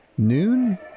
Noon